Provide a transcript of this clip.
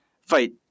fight